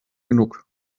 genug